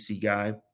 guy